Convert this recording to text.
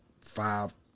five